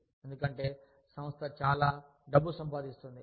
ఎందుకంటే సంస్థ చాలా డబ్బు సంపాదిస్తోంది